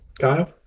Kyle